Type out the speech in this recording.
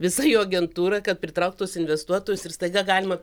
visa jo agentūra kad pritraukt tuos investuotojus ir staiga galima